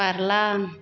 बारलां